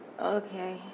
Okay